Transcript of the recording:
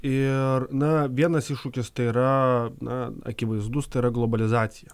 ir na vienas iššūkis tai yra na akivaizdus tai yra globalizacija